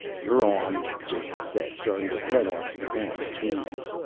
you're on, jason said throwing the krenoj to the ground between them.